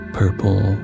purple